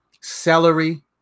celery